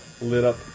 lit-up